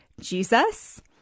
Jesus